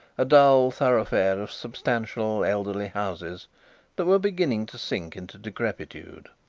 a dull thoroughfare of substantial, elderly houses that were beginning to sink into decrepitude.